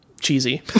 cheesy